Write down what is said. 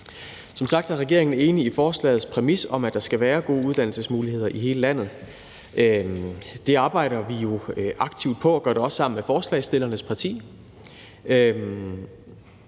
Som sagt er regeringen enig i forslagets præmis om, at der skal være gode uddannelsesmuligheder i hele landet. Det arbejder vi aktivt på, og det gør vi jo også sammen med forslagsstillernes parti.